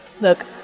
Look